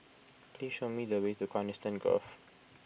please show me the way to Coniston Grove